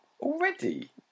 Already